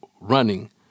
running